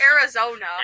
Arizona